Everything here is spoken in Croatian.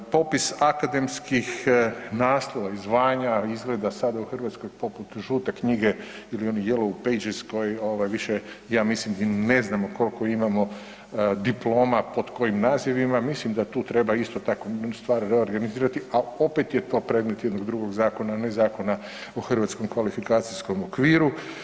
Popis akademskih naslova i zvanja izgleda sada u Hrvatskoj poput žute knjige ili oni yellow pages koji ovaj više ja mislim i ne znamo koliko imamo diploma, pod kojim nazivima, mislim da tu treba isto tako stvari reorganizirati, a opet je to predmet jednog drugog zakona, a ne Zakona o hrvatskom kvalifikacijskom okviru.